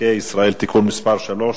מקרקעי ישראל (תיקון מס' 3),